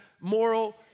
moral